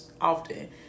often